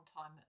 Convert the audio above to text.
time